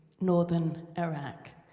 northern iraq,